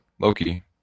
Loki